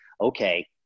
okay